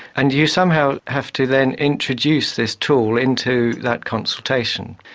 and you somehow have to then introduce this tool into that consultation.